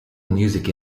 musical